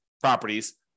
properties